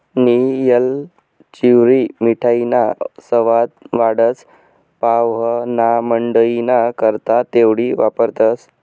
नियी येलचीवरी मिठाईना सवाद वाढस, पाव्हणामंडईना करता तेवढी वापरतंस